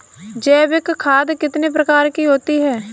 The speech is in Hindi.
जैविक खाद कितने प्रकार की होती हैं?